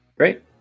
Great